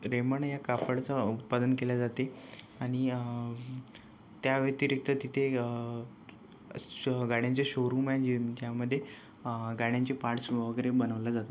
Raymond या कापडाचे उत्पादन केले जाते आणि त्या व्यतिरिक्त तिथे श गाड्यांचे शोरूम आहे जे ज्यामध्ये गाड्यांचे पार्टस वगैरे बनवले जाते